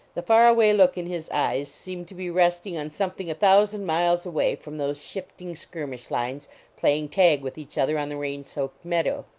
the far away look in his eyes seemed to be resting on something a thousand miles away from those shifting skirmish lines playing tag with each other on the rain-soaked meadow.